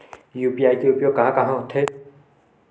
UPI के उपयोग कहां कहा होथे?